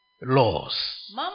laws